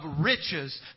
riches